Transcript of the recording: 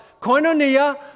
Koinonia